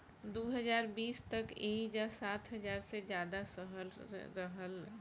दू हज़ार बीस तक एइजा सात हज़ार से ज्यादा शहर रहल